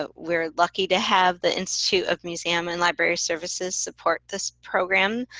ah we're lucky to have the institute of museum and library services support this program.